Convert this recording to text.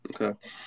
okay